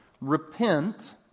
repent